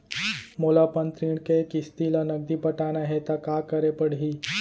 मोला अपन ऋण के किसती ला नगदी पटाना हे ता का करे पड़ही?